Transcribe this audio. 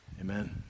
Amen